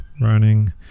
running